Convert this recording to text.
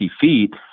feet